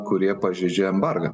kurie pažeidžia embargą